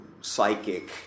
psychic